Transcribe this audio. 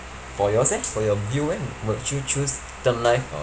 for yours eh for your view eh would you choose term life or